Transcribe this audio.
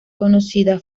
conocida